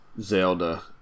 Zelda